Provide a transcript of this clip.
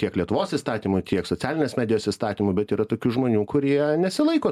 tiek lietuvos įstatymų tiek socialinės medijos įstatymų bet yra tokių žmonių kurie nesilaiko